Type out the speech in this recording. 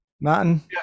martin